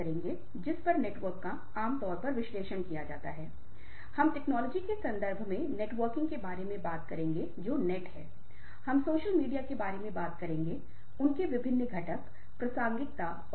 क्या आप इसे देखकर यह निष्कर्ष निकाल सकते हैं कि जो व्यक्ति दूसरे व्यक्ति को अपने सिर से टकरा रहा है क्या वह व्यक्ति भावनात्मक रूप से परिपक्व है